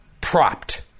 propped